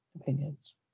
opinions